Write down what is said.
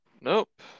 Nope